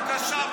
בבקשה.